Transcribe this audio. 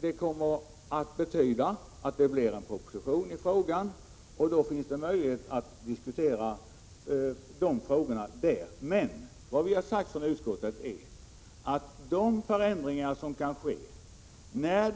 Det kommer en proposition i frågan, och då finns det möjligheter att diskutera dessa frågor. Vad utskottet har sagt är att de förändringar som kan ske